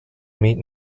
meet